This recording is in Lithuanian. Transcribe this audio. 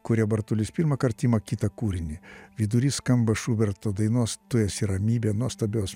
kuria bartulis pirmąkart ima kitą kūrinį vidury skamba šuberto dainos tu esi ramybė nuostabios